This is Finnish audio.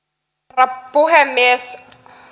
herra puhemies